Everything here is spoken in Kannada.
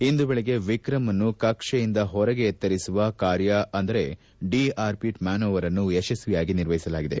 ಇಂದು ಬೆಳಗ್ಗೆ ವಿಕಮ್ನ್ನು ಕಕ್ಷೆಯಿಂದ ಹೊರಗೆ ಎತ್ತರಿಸುವ ಕಾರ್ಯ ಅಂದರೆ ಡಿ ಆರ್ಬಿಟ್ ಮ್ಯಾನೋವರ್ ಅನ್ನು ಯಶಸ್ವಿಯಾಗಿ ನಿರ್ವಹಿಸಲಾಗಿದೆ